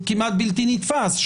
כמעט בלתי נתפס,